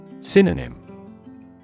Synonym